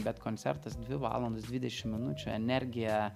bet koncertas dvi valandos dvidešim minučių energija